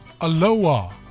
Aloha